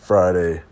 Friday